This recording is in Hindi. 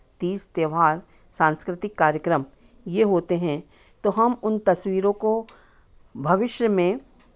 तीज़ त्योहार सांस्कृतिक कार्यक्रम ये होते हैं तो हम उन तस्वीरों को भविष्य में